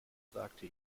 sagte